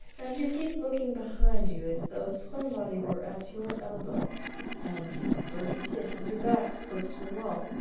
and you keep looking behind you, as though somebody were at your elbow and you prefer to sit with your back close to the wall.